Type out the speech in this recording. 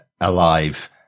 alive